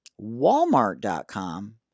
walmart.com